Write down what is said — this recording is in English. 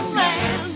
man